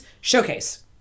showcase